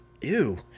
Ew